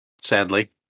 Sadly